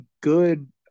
good